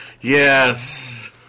Yes